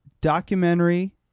documentary